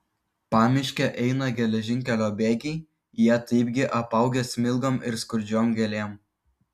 pamiške eina geležinkelio bėgiai jie taipgi apaugę smilgom ir skurdžiom gėlėm